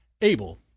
able